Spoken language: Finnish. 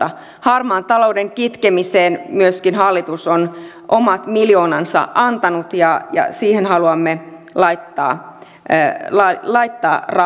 myöskin harmaan talouden kitkemiseen hallitus on omat miljoonansa antanut ja siihen haluamme laittaa rahaa